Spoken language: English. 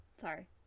Sorry